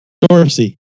Dorsey